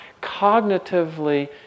cognitively